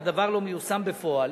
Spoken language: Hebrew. הדבר לא מיושם בפועל.